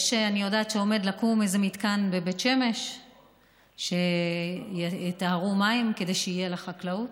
אני יודעת שעומד לקום איזה מתקן בבית שמש שיטהר מים כדי שיהיה לחקלאות.